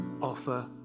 offer